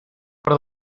por